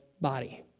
body